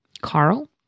Carl